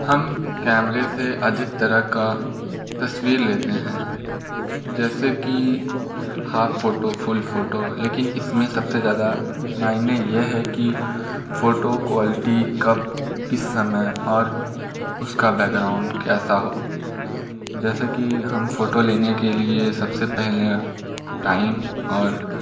हम कैमरे से अधिक तरह का तस्वीर लेते हैं जैसे कि हाफ़ फ़ोटो फुल फ़ोटो लेकिन इसमें सबसे ज़्यादा मायने यह है कि फ़ोटो क्वालिटी कब किस समय और उसका बैकग्राउंड कैसा हो जैसा कि हम फ़ोटो लेने के लिए सब से पहले टाइम और